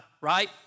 right